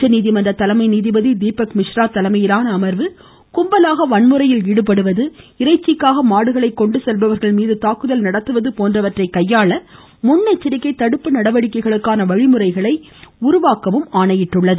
உச்சநீதிமன்ற தலைமை நீதிபதி தீபக் மிஸ்ரா தலைமையிலான அமர்வு கும்பலாக வன்முறையில் ஈடுபடுவது இறைச்சிக்காக மாடுகளை கொண்டுசெல்பவர்கள் மீது தாக்குதல் நடத்துவது போன்றவற்றை கையாள முன்னெச்சரிக்கை தடுப்பு நடவடிக்கைகளுக்கான வழிமுறைகளை உருவாக்கவும் ஆணையிட்டுள்ளது